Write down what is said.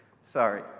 Sorry